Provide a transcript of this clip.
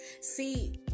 see